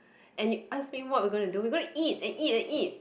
and you ask me what we gonna do we gonna eat and eat and eat